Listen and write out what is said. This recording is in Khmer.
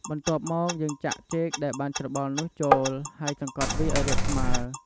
បន្ទាប់មកយើងចាក់ចេកដែលបានច្របល់រួចរាល់នោះចូល ហើយសង្កត់វាឱ្យរាបស្មើ។